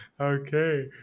Okay